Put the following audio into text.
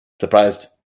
surprised